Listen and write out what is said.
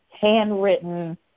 handwritten